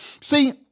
See